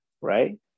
Right